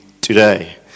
today